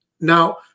now